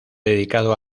dedicado